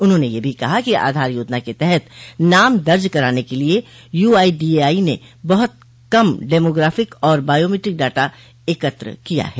उन्होंने यह भी कहा कि आधार योजना के तहत नाम दर्ज कराने के लिए यूआईडीएआई ने बहुत कम डेमोग्राफिक और बायोमीट्रिक डाटा एकत्र किया है